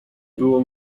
było